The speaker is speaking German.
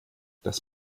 das